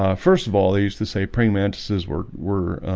ah first of all they used to say praying mantises were were